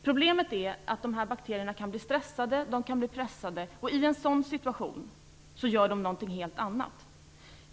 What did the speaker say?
Problemet är att dessa bakterier kan bli stressade och pressade, och i en sådan situation gör de något helt annat.